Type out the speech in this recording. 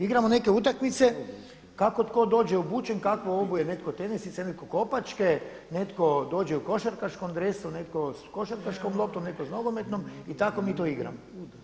Igramo neke utakmice kako tko dođe obučen, kako obuje netko tenisice, netko kopačke, netko dođe u košarkaškom dresu, neko s košarkaškom loptom, netko s nogometnom i tako mi to igramo.